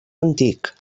antic